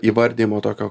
įvardijimo tokio